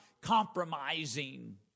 compromising